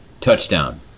touchdown